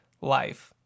life